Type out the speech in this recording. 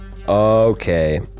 Okay